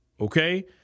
okay